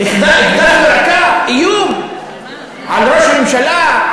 אקדח לרקה, איום על ראש ממשלה,